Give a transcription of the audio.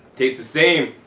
tastes the same.